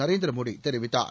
நரேந்திர மோடி தெரிவித்தார்